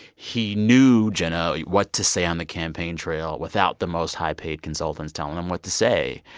he knew, jenna, what to say on the campaign trail without the most high-paid consultants telling him what to say.